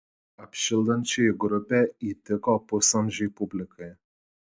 apšildančioji grupė įtiko pusamžei publikai